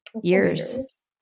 Years